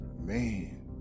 man